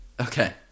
Okay